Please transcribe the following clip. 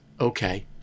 okay